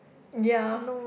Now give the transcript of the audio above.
ya